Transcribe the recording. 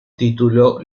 título